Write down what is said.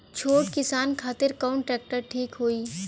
छोट किसान खातिर कवन ट्रेक्टर ठीक होई?